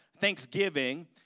thanksgiving